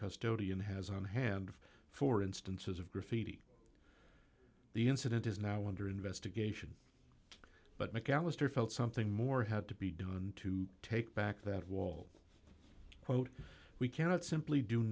custody and has on hand for instances of graffiti the incident is now under investigation but mcallister felt something more had to be done to take back that wall quote we cannot simply do